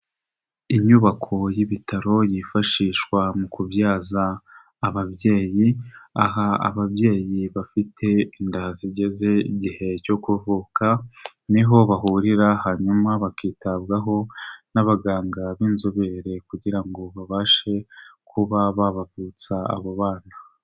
Inyubako y'ibitaro yifashishwa mu kubyaza ababyeyi, aha ababyeyi bafite inda zigeze igihe cyo kuvuka, niho bahurira hanyuma bakitabwaho n'abaganga b'inzobere kugira ngo babashe kuba babavutsa abo bana.